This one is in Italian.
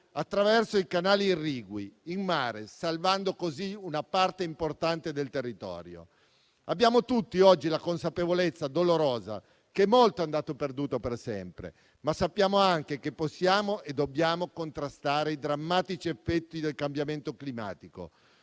attraverso i canali irrigui in mare, salvando così una parte importante del territorio. Oggi abbiamo tutti la consapevolezza dolorosa che molto è andato perduto per sempre, ma sappiamo anche che possiamo e dobbiamo contrastare i drammatici effetti del cambiamento climatico